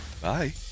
Bye